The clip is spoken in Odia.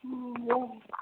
ହଁ ହେଲୋ